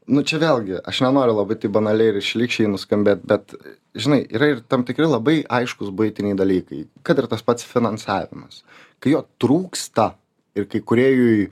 nu čia vėlgi aš nenoriu labai taip banaliai ir šlykščiai nuskambėt bet žinai yra ir tam tikri labai aiškūs buitiniai dalykai kad ir tas pats finansavimas kai jo trūksta ir kai kūrėjui